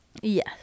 yes